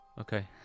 Okay